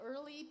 early